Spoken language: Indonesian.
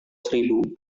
seribu